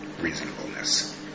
reasonableness